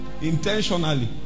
intentionally